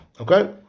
Okay